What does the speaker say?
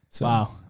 Wow